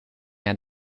naar